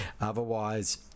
Otherwise